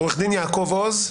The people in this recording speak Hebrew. עו"ד יעקב עוז.